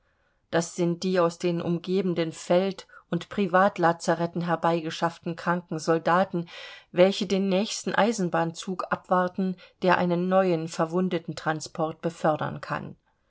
das sind die aus den umgebenden feld und privatlazarethen herbeigeschafften kranken soldaten welche den nächsten eisenbahnzug abwarten der einen neuen verwundetentransport befördern kann